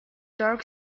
dark